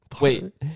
Wait